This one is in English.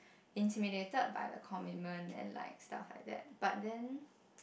intimidated by the commitment and like stuff like that but then